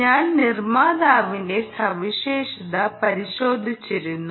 ഞാൻ നിർമ്മാതാവിന്റെ സവിശേഷത പരിശോധിച്ചിരുന്നു